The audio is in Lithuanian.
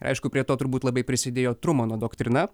aišku prie to turbūt labai prisidėjo trumano doktrina